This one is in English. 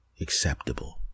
acceptable